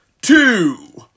two